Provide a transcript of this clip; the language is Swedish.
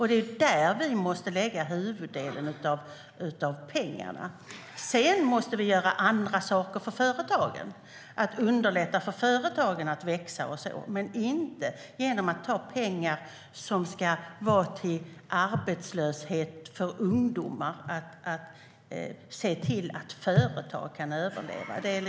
Det är där vi måste lägga huvuddelen av pengarna.